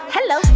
Hello